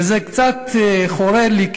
וזה קצת חורה לי,